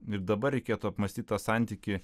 ir dabar reikėtų apmąstyti tą santykį